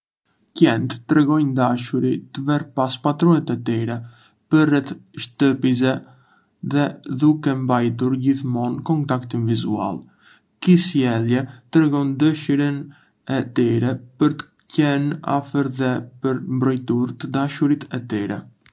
Qentë tregojnë dashuri të ver pas patrunet e tyre përreth shtëpisë dhe duke mbajtur gjithmonë kontaktin vizual. Ky sjellje tregon malli e tyre për të qenë afër dhe për të mbrojtur të dashurit e tyre.